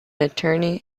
attorney